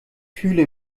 fühle